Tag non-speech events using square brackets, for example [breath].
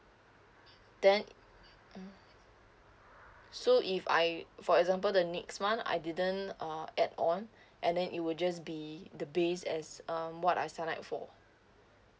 then mm so if I for example the next month I didn't uh add on [breath] and then it will just be the base as um what I signed up for